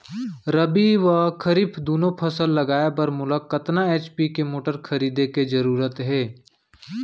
रबि व खरीफ दुनो फसल लगाए बर मोला कतना एच.पी के मोटर खरीदे के जरूरत हे?